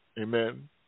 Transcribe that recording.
amen